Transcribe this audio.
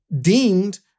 deemed